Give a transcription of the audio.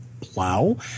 plow